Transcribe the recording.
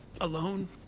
alone